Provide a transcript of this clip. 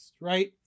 right